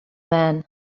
man